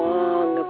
long